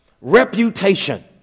reputation